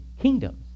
kingdoms